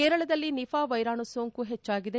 ಕೇರಳದಲ್ಲಿ ನಿಫಾ ವೈರಾಣು ಸೋಂಕು ಹೆಚ್ಚಾಗಿದೆ